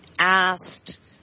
asked